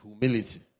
humility